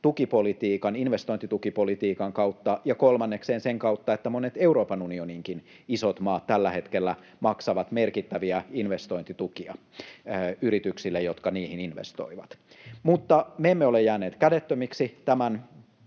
anteliaan investointitukipolitiikan kautta ja kolmanneksi sen kautta, että monet Euroopan unioninkin isot maat tällä hetkellä maksavat merkittäviä investointitukia yrityksille, jotka niihin investoivat. Mutta me emme ole jääneet kädettömiksi tämän